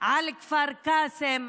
על כפר קאסם,